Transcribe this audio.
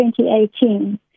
2018